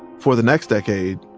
for the next decade,